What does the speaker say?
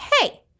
hey